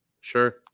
Sure